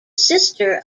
sister